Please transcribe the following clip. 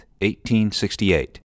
1868